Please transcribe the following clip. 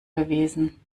gewesen